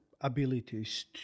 abilities